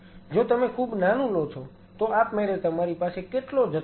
જો તમે ખૂબ નાનો લો છો તો આપમેળે તમારી પાસે કેટલો જથ્થો છે